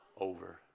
over